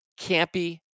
campy